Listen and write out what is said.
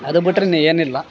ಅದು ಬಿಟ್ರೆ ಇನ್ನು ಏನಿಲ್ಲ